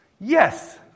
Yes